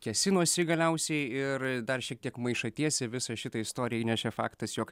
kėsinosi galiausiai ir dar šiek tiek maišaties į visą šitą istoriją įnešė faktas jog